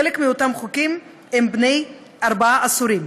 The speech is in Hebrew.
חלק מאותם חוקים הם בני ארבעה עשורים,